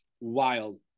wild